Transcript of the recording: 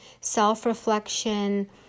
self-reflection